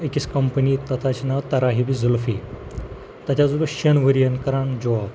أکِس کَمپٔنی تَتھ حظ چھِ ناو تَراہِبہِ زُلفی تَتہِ حظ اوسُس بہٕ شٮ۪ن ؤرۍ یَن کَران جاب